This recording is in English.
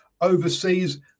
Overseas